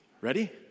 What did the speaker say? Ready